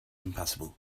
impassable